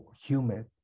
humid